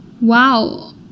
Wow